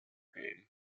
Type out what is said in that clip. game